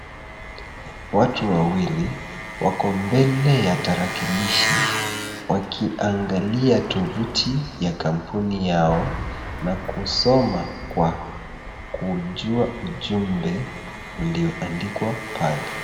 Watu wawili wako mbele ya tarakilishi wakiangalia tuvuti ya kampuni yao na kusoma kwa kujua ujumbe ulioandikwa pale.